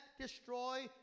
destroy